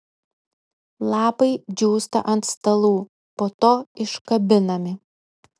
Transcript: lapai džiūsta ant stalų po to iškabinami